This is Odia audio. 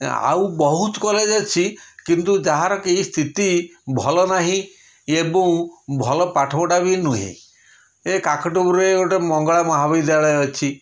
ଆଉ ବହୁତ କଲେଜ୍ ଅଛି କିନ୍ତୁ ଯାହାର କି ସ୍ଥିତି ଭଲ ନାହିଁ ଏବଂ ଭଲ ପାଠପଢ଼ା ବି ନୁହେଁ ଏ କାକଟପୁରରେ ଗୋଟେ ମଙ୍ଗଳା ମହାବିଦ୍ୟାଳୟ ଅଛି